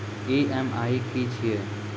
EMI की छिये?